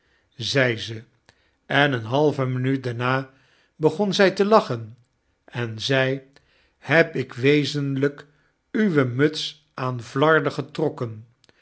zei ze en eene halve minuut daarna begon zy te lachen en zei fl heb ik wezenlyk uwe muts aan flarden getrokken